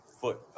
foot